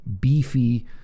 beefy